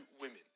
women